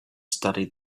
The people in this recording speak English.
studied